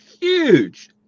huge